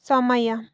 समय